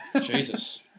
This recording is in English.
Jesus